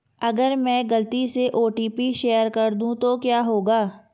अगर मैं गलती से ओ.टी.पी शेयर कर दूं तो क्या होगा?